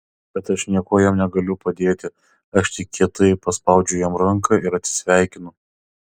bet aš niekuo jam negaliu padėti aš tik kietai paspaudžiu jam ranką ir atsisveikinu